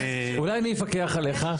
אולי אני אפקח עליך?